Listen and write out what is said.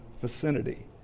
vicinity